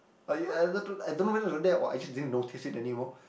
like I I I I don't know whether wasn't there or I didn't notice it anymore